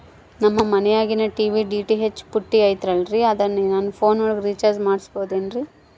ನಮ್ಮ ಮನಿಯಾಗಿನ TV DTH ಪುಟ್ಟಿ ಐತಲ್ರೇ ಅದನ್ನ ನನ್ನ ಪೋನ್ ಒಳಗ ರೇಚಾರ್ಜ ಮಾಡಸಿಬಹುದೇನ್ರಿ?